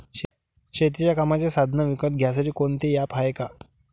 शेतीच्या कामाचे साधनं विकत घ्यासाठी कोनतं ॲप हाये का?